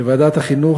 לוועדת החינוך,